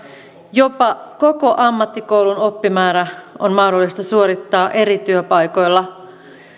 jopa koko ammattikoulun oppimäärä on mahdollista suorittaa eri työpaikoilla